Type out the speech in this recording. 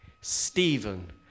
Stephen